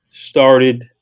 started